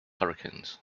hurricanes